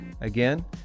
Again